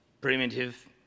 primitive